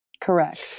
Correct